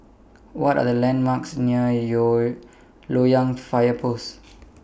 What Are The landmarks near Loyang Fire Post